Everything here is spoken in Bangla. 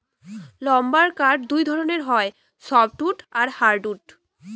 লাম্বার কাঠ দুই ধরণের হই সফ্টউড আর হার্ডউড